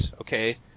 okay